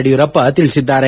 ಯಡಿಯೂರಪ್ಪ ತಿಳಿಸಿದ್ದಾರೆ